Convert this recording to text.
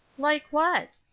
like what?